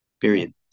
Period